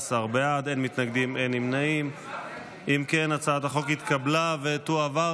ההצעה להעביר את הצעת חוק ההתייעלות הכלכלית (תיקוני